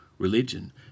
religion